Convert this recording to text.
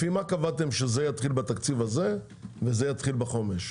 לפי מה קבעתם שזה יתחיל בתקציב הזה וזה יתחיל בחומש?